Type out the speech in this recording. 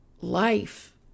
life